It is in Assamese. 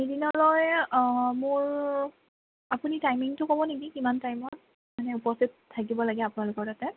সিদিনালৈ মোৰ আপুনি টাইমিঙটো ক'ব নেকি কিমান টাইমত মানে উপস্থিত থাকিব লাগে আপোনালোকৰ তাতে